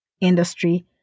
industry